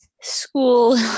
school